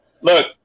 Look